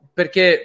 perché